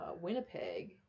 Winnipeg